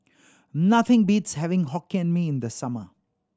nothing beats having Hokkien Mee in the summer